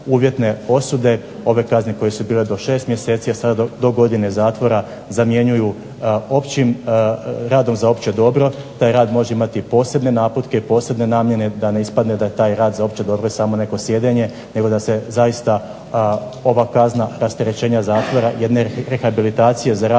uvjetne osude ove kazne koje su bile do 6 mjeseci a sada do godine zatvora zamjenjuju radom za opće dobro. Taj rad može imati posebne naputke, posebne namjene da ne ispadne da taj rad za opće dobro samo neko sjedenje nego da se zaista ova prazna rasterećenja zatvora jer rehabilitacije za opće dobro